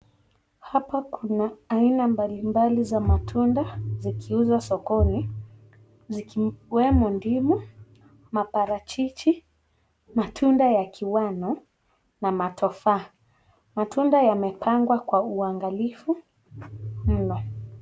Hapa kuna aina mbalimbali za matunda, zikiuzwa sokoni. Zikiwemo ndimu, maparachichi, matunda ya kiwano na matofaa. Matunda yamepangwa kwa uangalifu mno.